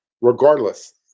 Regardless